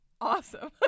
awesome